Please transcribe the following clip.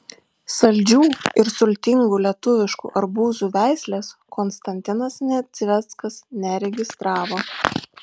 saldžių ir sultingų lietuviškų arbūzų veislės konstantinas nedzveckas neregistravo